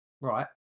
Right